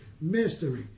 Mystery